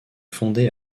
fondé